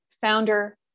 founder